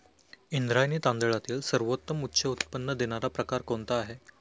इंद्रायणी तांदळातील सर्वोत्तम उच्च उत्पन्न देणारा प्रकार कोणता आहे?